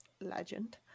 Legend